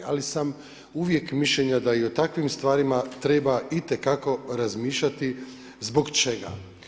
Ali sam uvijek mišljenja da i o takvim stvarima treba itekako razmišljati zbog čega.